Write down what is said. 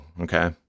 okay